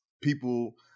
people